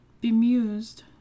Bemused